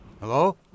Hello